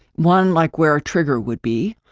one like where a trigger would be,